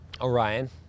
Orion